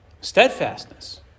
Steadfastness